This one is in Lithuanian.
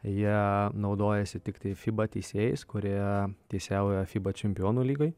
jie naudojasi tiktai fiba teisėjais kurie teisėjauja fiba čempionų lygoj